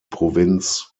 provinz